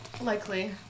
Likely